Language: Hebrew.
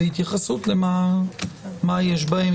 בהתייחסות למה יש בהם,